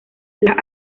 las